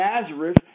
Nazareth